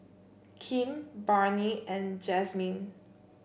Kim Barnie and Jazmyne